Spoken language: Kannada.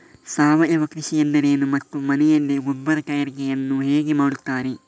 ಸಾವಯವ ಕೃಷಿ ಎಂದರೇನು ಮತ್ತು ಮನೆಯಲ್ಲಿ ಗೊಬ್ಬರ ತಯಾರಿಕೆ ಯನ್ನು ಹೇಗೆ ಮಾಡುತ್ತಾರೆ?